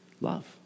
love